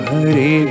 Hari